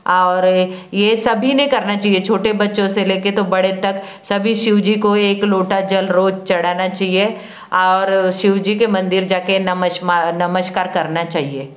और ये सभी ने करना चाहिए छोटे बच्चों से लेकर तो बड़ों तक सभी शिव जी को एक लोटा जल रोज चढ़ाना चाहिए और शिव जी के मंदिर जा कर नमस्कार करना चाहिए